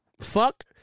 Fuck